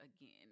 again